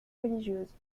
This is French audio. religieuses